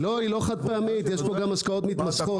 היא לא חד-פעמית, יש פה גם השקעות מתמשכות.